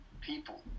people